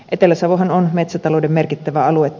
etelä savohan on metsätalouden merkittävää aluetta